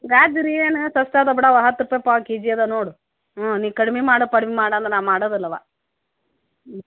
ಗಜ್ಜರಿ ಏನು ಸಸ್ತಾ ಇದೆ ಬಿಡವ್ವ ಹತ್ತು ರುಪ ಪಾವು ಕೆ ಜಿ ಇದೆ ನೋಡು ಹ್ಞೂ ನೀನು ಕಡ್ಮೆ ಮಾಡು ಪಡ್ಮೆ ಮಾಡು ಅಂದ್ರೆ ನಾನು ಮಾಡದಿಲ್ಲವ್ವ ಹ್ಞೂ